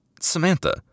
Samantha